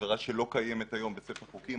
עבירה שלא קיימת היום בספר החוקים,